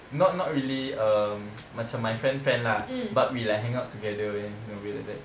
not not really um macam my friend friend lah but we like hang out together ya in a way like that